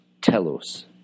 telos